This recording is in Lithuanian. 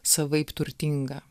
savaip turtinga